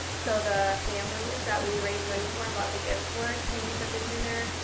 so the families that we raised money for, and bought the gifts for came for the dinner.